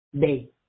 day